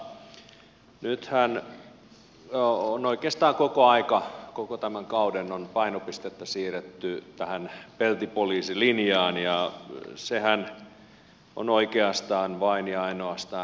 nythän on oikeastaan koko ajan koko tämän kauden painopistettä siirretty tähän peltipoliisilinjaan ja sehän on oikeastaan vain ja ainoastaan rahastuskeino